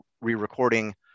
re-recording